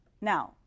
Now